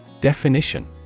Definition